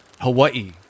Hawaii